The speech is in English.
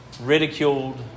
ridiculed